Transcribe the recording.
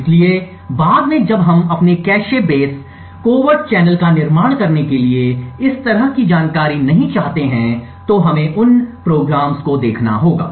इसलिए बाद में जब हम अपने कैश बेस कवरट चैनल का निर्माण करने के लिए इस तरह की जानकारी नहीं चाहते हैं तो हमें उन कार्यक्रमों को देखना होगा